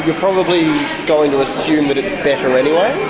probably going to assume that it's better anyway.